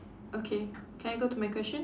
okay can I go to my question